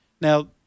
Now